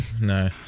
No